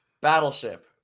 Battleship